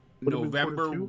November